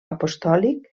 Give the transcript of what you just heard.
apostòlic